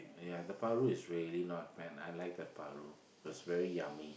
ya the paru is really not bad I like the paru it was very yummy